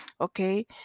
okay